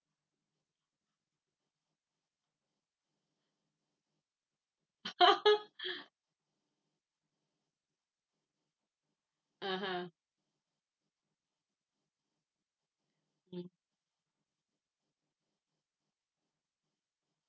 (uh huh) mm